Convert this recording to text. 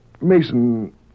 Mason